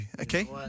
okay